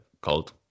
called